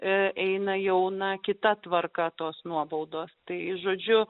ir eina jauna kita tvarka tos nuobaudos tai žodžiu